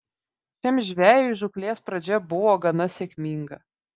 šiam žvejui žūklės pradžia buvo gana sėkminga